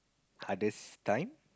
hardest time